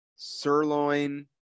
Sirloin